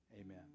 Amen